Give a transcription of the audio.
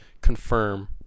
confirm